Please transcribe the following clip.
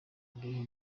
imibereho